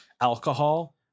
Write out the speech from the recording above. alcohol